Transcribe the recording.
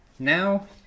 Now